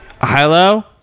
hello